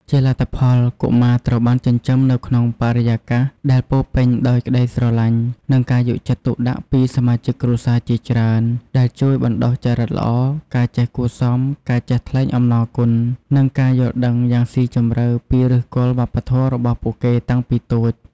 ជាលទ្ធផល កុមារត្រូវបានចិញ្ចឹមនៅក្នុងបរិយាកាសដែលពោរពេញដោយក្ដីស្រឡាញ់ និងការយកចិត្តទុកដាក់ពីសមាជិកគ្រួសារជាច្រើន ដែលជួយបណ្ដុះចរិតល្អ ការចេះគួរសម ការចេះថ្លែងអំណរគុណ និងការយល់ដឹងយ៉ាងស៊ីជម្រៅពីឫសគល់វប្បធម៌របស់ពួកគេតាំងពីតូច។